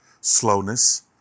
slowness